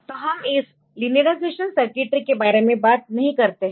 तो हम इस लीनियरायज़ेशन सर्किटरी के बारे में बात नहीं करते है